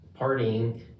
partying